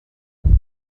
تفعله